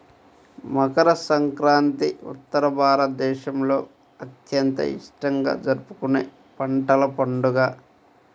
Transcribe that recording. మకర సంక్రాంతి ఉత్తర భారతదేశంలో అత్యంత ఇష్టంగా జరుపుకునే పంటల పండుగ